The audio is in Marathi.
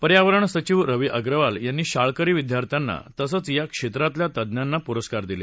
पर्यावरण सविव रवी अग्रवाल यांनी शाळकरी विद्यार्थ्यांना तसंच या क्षेत्रातल्या तज्ञांना पुरस्कार दिले